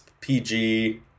PG